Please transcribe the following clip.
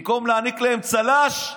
במקום להעניק להם צל"ש,